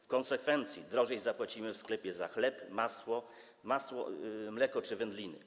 W konsekwencji więcej zapłacimy w sklepie za chleb, masło, mleko czy wędliny.